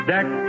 Deck